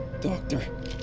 doctor